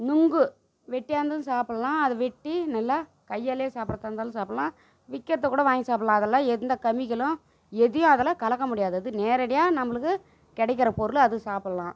நொங்கு வெட்டியாந்தும் சாப்பிட்லாம் அதை வெட்டி நல்லா கையாலேயே சாப்பிட்றதா இருந்தாலும் சாப்பிட்லாம் விக்கிறதை கூட வாங்கி சாப்பிட்லாம் அதெல்லாம் எந்த கெமிக்கலும் எதையும் அதில் கலக்க முடியாது அது நேரடியாக நம்மளுக்கு கிடைக்கிற பொருள் அது சாப்பிட்லாம்